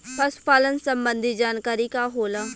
पशु पालन संबंधी जानकारी का होला?